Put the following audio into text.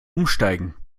umsteigen